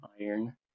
iron